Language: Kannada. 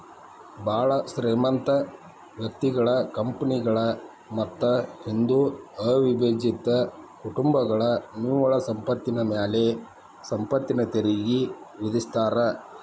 ಭಾಳ್ ಶ್ರೇಮಂತ ವ್ಯಕ್ತಿಗಳ ಕಂಪನಿಗಳ ಮತ್ತ ಹಿಂದೂ ಅವಿಭಜಿತ ಕುಟುಂಬಗಳ ನಿವ್ವಳ ಸಂಪತ್ತಿನ ಮ್ಯಾಲೆ ಸಂಪತ್ತಿನ ತೆರಿಗಿ ವಿಧಿಸ್ತಾರಾ